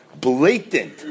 blatant